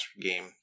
game